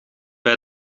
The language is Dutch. bij